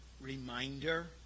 reminder